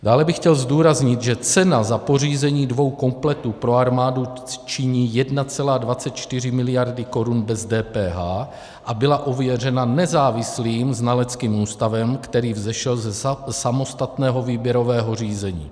Dále bych chtěl zdůraznit, že cena za pořízení dvou kompletů pro armádu činí 1,24 mld. korun bez DPH a byla ověřena nezávislým znaleckým ústavem, který vzešel ze samostatného výběrového řízení.